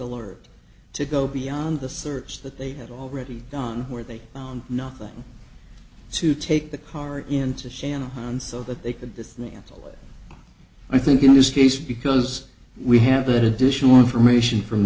alert to go beyond the search that they had already done where they found nothing to take the car into shanahan's so that they could dismantle it i think in this case because we have additional information from